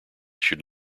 should